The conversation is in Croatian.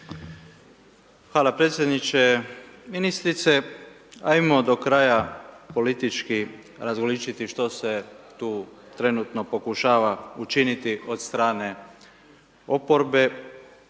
Ivo (HDZ)** Ministrice ajmo do kraja politički razgolićiti što se tu trenutno pokušava učiniti od strane oporbe.